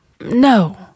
No